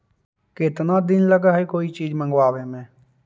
केतना दिन लगहइ कोई चीज मँगवावे में?